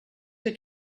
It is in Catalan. que